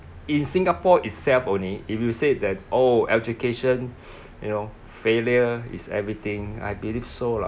in singapore itself only if you said that oh education you know failure is everything I believe so lah